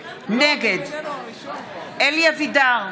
נגד אלי אבידר,